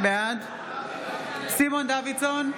בעד סימון דוידסון,